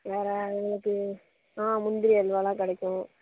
வேறு உங்களுக்கு ஆ முந்திரி அல்வாலாம் கிடைக்கும்